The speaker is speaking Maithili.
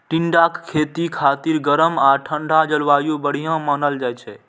टिंडाक खेती खातिर गरम आ ठंढा जलवायु बढ़िया मानल जाइ छै